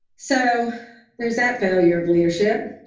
so there's that failure of leadership,